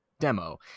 demo